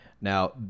Now